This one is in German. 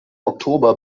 oktober